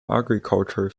agriculture